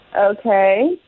okay